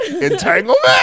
Entanglement